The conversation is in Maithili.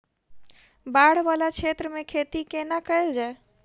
बाढ़ वला क्षेत्र मे खेती कोना कैल जाय?